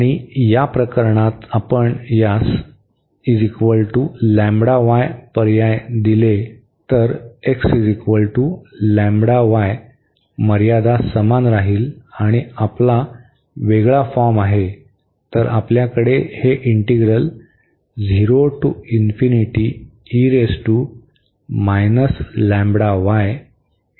आणि या प्रकरणात आपण यास पर्याय दिले तर x λy मर्यादा समान राहतील आणि आपला वेगळा फॉर्म आहे